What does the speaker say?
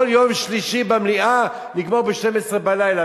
כל יום שלישי במליאה נגמור ב-12 בלילה,